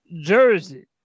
jersey